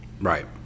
right